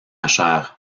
chère